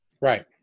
Right